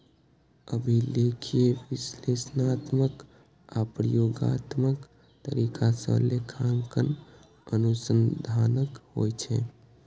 अभिलेखीय, विश्लेषणात्मक आ प्रयोगात्मक तरीका सं लेखांकन अनुसंधानक होइ छै